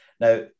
Now